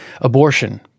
Abortion